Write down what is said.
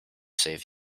save